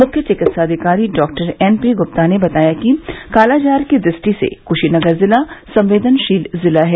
मुख्य चिकित्साधिकारी डॉ एन पी गुप्ता ने बताया कि कालाजार की दृष्टि से कुशीनगर जिला संवेदनशील जिला है